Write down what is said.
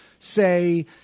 say